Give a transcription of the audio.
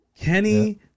Kenny